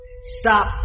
Stop